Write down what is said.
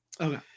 Okay